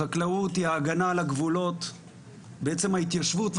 החקלאות היא ההגנה על הגבולות בעצם ההתיישבות.